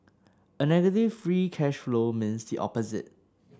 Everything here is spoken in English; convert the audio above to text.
a negative free cash flow means the opposite